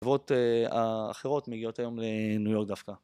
החברות האחרות מגיעות היום לניו יורק דווקא